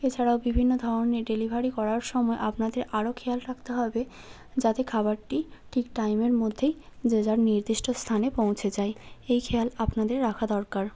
এছাড়াও বিভিন্ন ধরনের ডেলিভারি করার সময় আপনাদের আরও খেয়াল রাখতে হবে যাতে খাবারটি ঠিক টাইমের মধ্যেই যে যার নির্দিষ্ট স্থানে পৌঁছে যায় এই খেয়াল আপনাদের রাখা দরকার